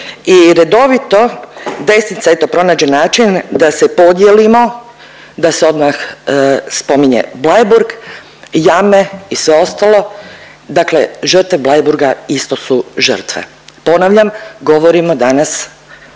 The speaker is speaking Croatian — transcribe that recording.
i redovito desnica, eto, pronađe način da se podijelimo, da se odmah spominje Bleiburg, jame i sve ostalo, dakle Bleiburga isto su žrtve. Ponavljam, govorimo danas